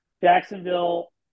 Jacksonville